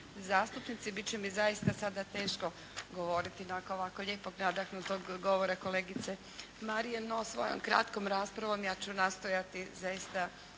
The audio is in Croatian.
zastupnici. Bit će mi zaista sada teško govoriti nakon ovako lijepog nadahnutog govora kolegice Marije, no svojom kratkom raspravom ja ću nastojati zaista